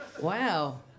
Wow